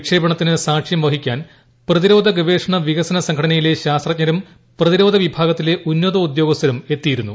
വിക്ഷേപണത്തിന് സാക്ഷ്യം വഹിക്കാൻ പ്രതിരോധ ഗവേഷണ വികസന സംഘടനയിലെ ശാസ്ത്രജ്ഞരും പ്രതിരോധ വിഭാഗത്തിലെ ഉന്നതോദ്യോഗസ്ഥരും എത്തിയിരുന്നു